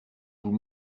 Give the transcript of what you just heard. vous